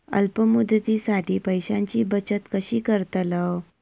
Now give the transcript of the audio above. अल्प मुदतीसाठी पैशांची बचत कशी करतलव?